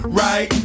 right